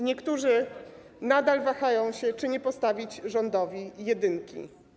Niektórzy nadal wahają się, czy nie postawić rządowi jedynki.